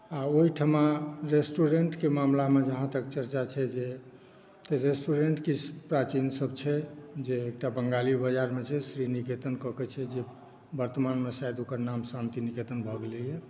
आओर ओहिठाम रेस्टुरेन्टके मामिलामे जहाँ तक चर्चा छै जे रेस्टुरेन्ट किछु प्राचीनसभ छै जे एकटा बङ्गाली बाजारमे छै श्रीनिकेतन कए कऽ छै जे वर्तमानमे ओकर नाम शायद शान्तिनिकेतन भए गेलैए